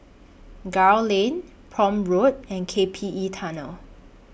Gul Lane Prome Road and K P E Tunnel